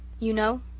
you know?